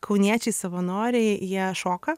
kauniečiai savanoriai jie šoka